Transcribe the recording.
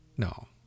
No